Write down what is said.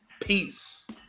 Peace